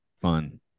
fun